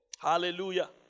Hallelujah